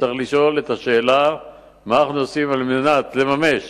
צריך לשאול את השאלה מה אנחנו עושים על מנת לממש